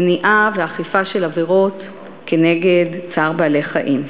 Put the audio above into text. למניעה ואכיפה בנושא עבירות כנגד צער בעלי-חיים.